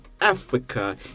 Africa